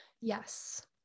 Yes